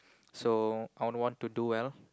so I would want to do well